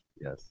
Yes